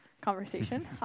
conversation